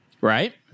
Right